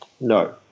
No